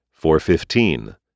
415